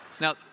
now